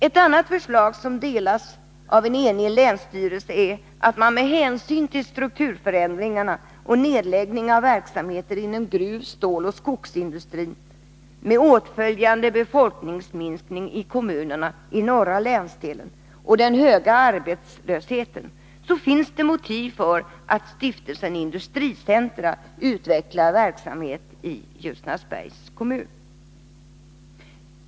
Ett annat förslag som en enig länsstyrelse anslutit sig till är att med hänsyn till strukturförändringarna och nedläggning av verksamheter inom gruv-, ståloch skogsindustrin med åtföljande befolkningsminskning i kommunernai norra länsdelen och den höga arbetslösheten finns det motiv för Stiftelsen Industricentra att utveckla verksamhet i Ljusnarsbergs kommun.